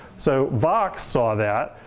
so vox saw that.